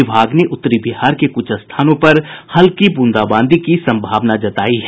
विभाग ने उत्तरी बिहार के कुछ स्थानों पर हल्की ब्रंदाबांदी की सम्भावना जतायी है